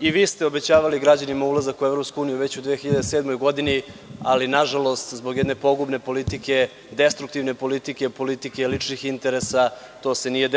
i vi ste obećavali građanima ulazak u Evropsku uniju već u 2007. godini, ali nažalost zbog jedne pogubne politike, destruktivne politike, politike ličnih interesa, to se nije